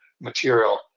material